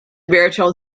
baritone